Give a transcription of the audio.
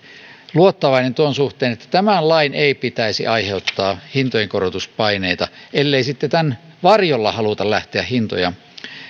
luottavainen tuon suhteen että tämän lain ei pitäisi aiheuttaa hintojen korotuspaineita ellei sitten tämän varjolla haluta lähteä hintoja